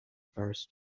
first